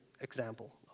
example